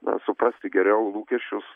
na suprasti geriau lūkesčius